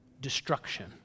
destruction